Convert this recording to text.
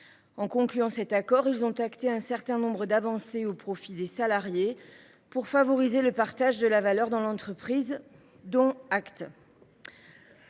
négociation. Cet accord contient un certain nombre d’avancées au profit des salariés pour favoriser le partage de la valeur dans l’entreprise. Dont acte.